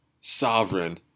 sovereign